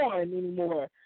anymore